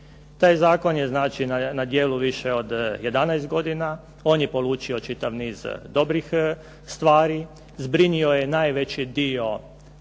Taj zakon je znači na djelu više od 11 godina. On je polučio čitav niz dobrih stvari. Zbrinuo je najveći dio